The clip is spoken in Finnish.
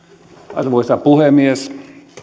arvoisa puhemies